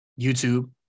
YouTube